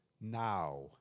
now